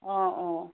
অঁ অঁ